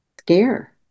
scare